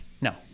no